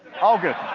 all good.